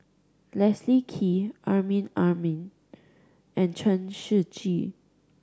Leslie Kee Amrin Amin and Chen Shiji